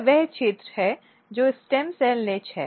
यह वह क्षेत्र है जो स्टेम सेल निच है